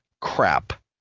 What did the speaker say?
crap